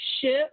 ship